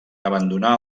abandonar